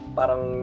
parang